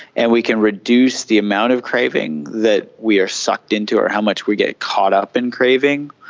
and we can reduce the amount of craving that we are sucked into or how much we get caught up in craving,